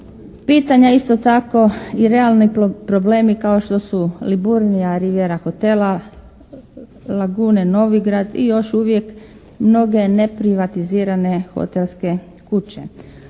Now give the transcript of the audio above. Pitanja isto tako i realni problemi kao što su Liburnija Rivijera hotela, Lagune Novigrad i još uvijek mnoge neprivatizirane hotelske kuće,